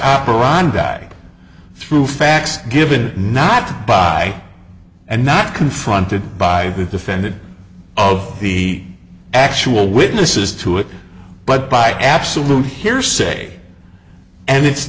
operandi through facts given not by and not confronted by the defendant of the actual witnesses to it but by absolute hearsay and it's